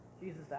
Jesus